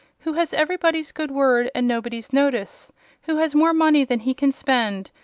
who has every body's good word, and nobody's notice who has more money than he can spend,